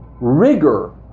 rigor